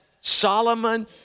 Solomon